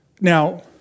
Now